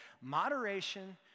moderation